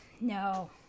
No